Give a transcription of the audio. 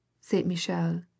Saint-Michel